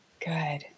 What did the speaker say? Good